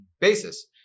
basis